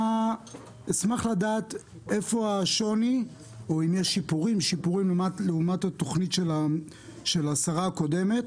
אשמח לדעת איפה השוני או האם יש שיפורים לעומת התוכנית של השרה הקודמת.